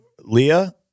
Leah